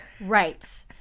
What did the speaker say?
Right